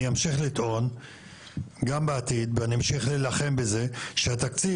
אני אמשיך לטעון גם בעתיד ואני אמשיך להילחם בזה שהתקציב